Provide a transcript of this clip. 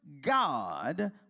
God